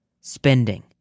spending